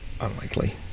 Unlikely